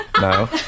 No